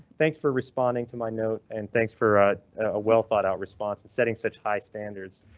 thanks for responding to my note and thanks for a well thought out response and setting such high standards.